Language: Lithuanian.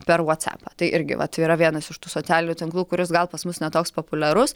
per votsapą tai irgi vat yra vienas iš tų socialinių tinklų kuris gal pas mus ne toks populiarus